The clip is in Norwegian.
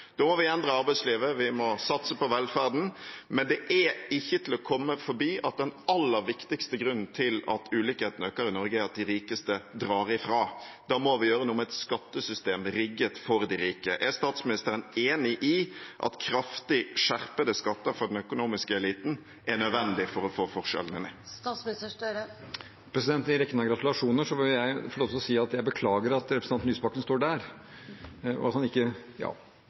Da må vi endre arbeidslivet, vi må satse på velferden, men det er ikke til å komme forbi at den aller viktigste grunnen til at ulikhetene øker i Norge, er at de rikeste drar ifra. Da må vi gjøre noe med et skattesystem rigget for de rike. Er statsministeren enig i at kraftig skjerpede skatter for den økonomiske eliten er nødvendig for å få forskjellene ned? I rekken av gratulasjoner må jeg få lov til å si at jeg beklager at representanten Lysbakken står der, og at han ikke